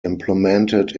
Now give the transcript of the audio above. implemented